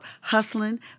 hustling